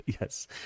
Yes